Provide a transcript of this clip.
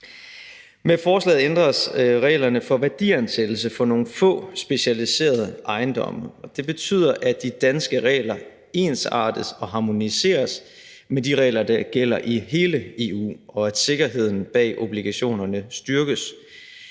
Med forslaget ændres reglerne for værdiansættelse for nogle få specialiserede ejendomme. Det betyder, at de danske regler ensartes og harmoniseres med de regler, der gælder i hele EU, og at sikkerheden bag obligationerne styrkes.